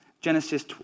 Genesis